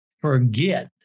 forget